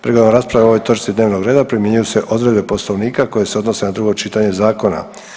Prigodom rasprave o ovoj točci dnevnog reda primjenjuju se odredbe poslovnika koje se odnose na drugo čitanje zakona.